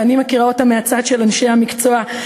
ואני מכירה אותה מהצד של אנשי המקצוע,